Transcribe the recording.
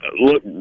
Look